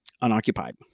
unoccupied